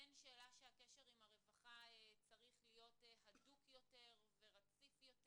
אין שאלה שהקשר עם הרווחה צריך להיות הדוק יותר ורציף יותר.